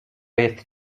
jest